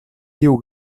tiu